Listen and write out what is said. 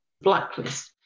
blacklist